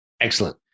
excellent